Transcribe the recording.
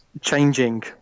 changing